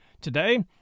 Today